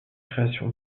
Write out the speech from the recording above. création